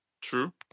True